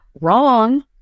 wrong